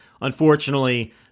Unfortunately